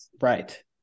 right